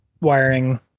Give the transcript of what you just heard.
wiring